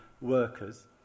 workers